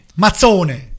Mazzone